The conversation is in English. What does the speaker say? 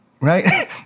right